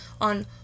on